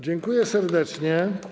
Dziękuję serdecznie.